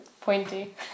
Pointy